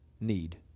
Need